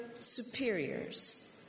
superiors